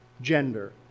gender